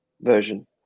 version